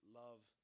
love